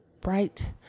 bright